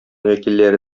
вәкилләре